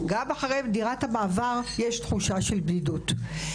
גם אחרי דירת המעבר יש תחושה של בדידות.